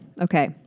okay